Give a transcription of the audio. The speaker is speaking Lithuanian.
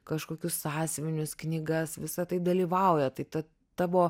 kažkokius sąsiuvinius knygas visa tai dalyvauja tai ta tavo